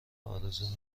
آرزو